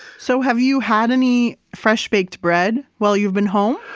so have you had any fresh baked bread while you've been home?